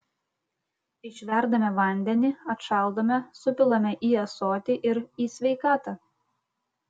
išverdame vandenį atšaldome supilame į ąsotį ir į sveikatą